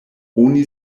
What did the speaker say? oni